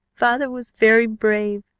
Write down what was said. father was very brave.